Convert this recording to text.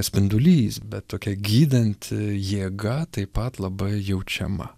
spindulys bet tokia gydanti jėga taip pat labai jaučiama